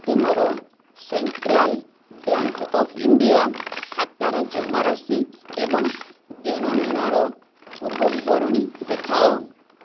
ମୋତେ ମୋର Central Bank of India ଖାତାର ଜମାରାଶି ଏବଂ ଦେଣ ନେଣର ପୂର୍ବ ବିବରଣୀ ଦେଖାଅ